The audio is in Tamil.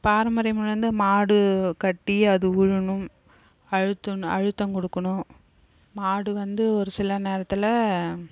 பாரம்பரிய முறையிலேருந்து மாடு கட்டி அது உழணும் அழுத்து அழுத்தம் கொடுக்கணும் மாடு வந்து ஒரு சில நேரத்தில்